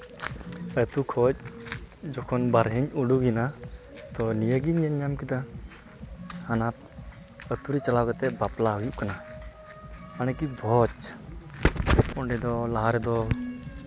ᱟᱹᱛᱩ ᱠᱷᱚᱱ ᱡᱚᱠᱷᱚᱱ ᱵᱟᱦᱨᱮᱧ ᱩᱰᱩᱠᱮᱱᱟ ᱛᱳ ᱱᱤᱭᱟᱹᱜᱤᱧ ᱧᱮᱞ ᱧᱟᱢ ᱠᱮᱫᱟ ᱦᱟᱱᱟ ᱟᱹᱛᱩ ᱨᱮ ᱪᱟᱞᱟᱣ ᱠᱟᱛᱮᱫ ᱵᱟᱯᱞᱟ ᱦᱩᱭᱩᱜ ᱠᱟᱱᱟ ᱦᱟᱱᱮ ᱠᱤᱱ ᱵᱷᱚᱡᱽ ᱚᱸᱰᱮ ᱫᱚ ᱞᱟᱦᱟ ᱨᱮᱫᱚ